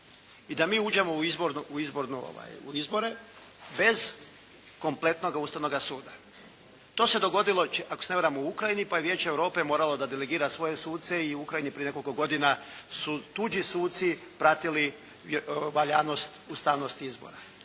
i da mi uđemo u izbore bez kompletnoga Ustavnoga suda. To se dogodilo ako se ne varam u Ukrajini pa je Vijeće Europe moralo da delegira svoje suce i Ukrajini prije nekoliko godina su tuđi suci pratili valjanost ustavnosti izbora.